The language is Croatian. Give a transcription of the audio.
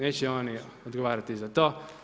Neće oni odgovarati za to.